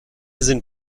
sind